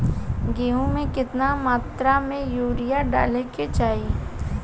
गेहूँ में केतना मात्रा में यूरिया डाले के चाही?